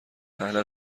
اهل